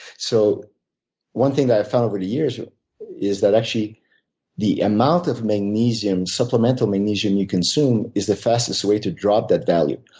so one thing i've found over the years is that actually the amount of magnesium, supplemental magnesium you consume, is the fastest way to drop that value.